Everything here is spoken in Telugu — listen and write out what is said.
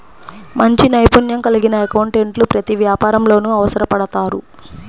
మంచి నైపుణ్యం కలిగిన అకౌంటెంట్లు ప్రతి వ్యాపారంలోనూ అవసరపడతారు